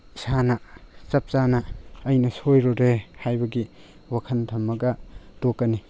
ꯏꯁꯥꯅ ꯆꯞ ꯆꯥꯅ ꯑꯩꯅ ꯁꯣꯏꯔꯨꯔꯦ ꯍꯥꯏꯕꯒꯤ ꯋꯥꯈꯜ ꯊꯝꯃꯒ ꯇꯣꯛꯀꯅꯤ